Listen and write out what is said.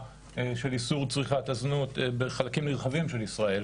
של איסור צריכת הזנות בחלקים נרחבים של ישראל,